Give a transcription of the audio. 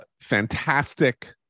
fantastic